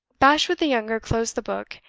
bashwood the younger closed the book,